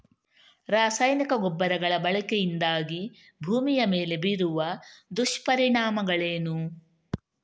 ರಾಸಾಯನಿಕ ಗೊಬ್ಬರಗಳ ಬಳಕೆಯಿಂದಾಗಿ ಭೂಮಿಯ ಮೇಲೆ ಬೀರುವ ದುಷ್ಪರಿಣಾಮಗಳೇನು?